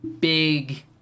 big